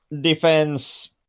defense